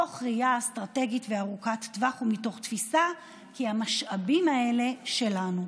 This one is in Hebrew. מתוך ראייה אסטרטגית ארוכת טווח ומתוך תפיסה כי המשאבים האלה שלנו.